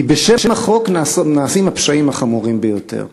כי בשם החוק נעשים הפשעים החמורים ביותר.